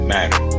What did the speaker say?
Matter